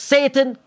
Satan